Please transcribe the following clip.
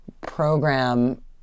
program